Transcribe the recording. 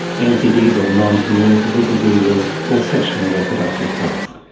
ncds, or non-communicable diseases, or sexual and reproductive health.